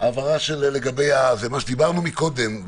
לגבי מה שדיברנו מקודם.